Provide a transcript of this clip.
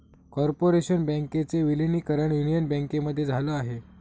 corporation बँकेचे विलीनीकरण union बँकेमध्ये झाल आहे